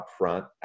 upfront